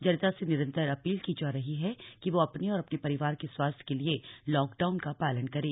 जनता से निरंतर अपील की जा रही है कि वो अपने और अपने परिवार के स्वास्थ्य के लिए लॉकडाउन का पालन करे